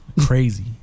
Crazy